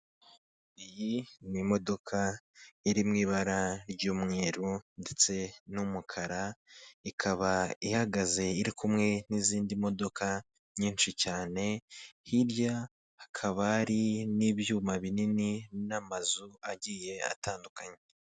Iyi ni imodoka iri mu ibara ry'umweru ndetse n'umukara ikaba ihagaze iri kumwe n'izindi modoka nyinshi cyane, hirya hakaba hari n'ibyuma binini n'amazu agiye atandukanye.